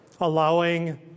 allowing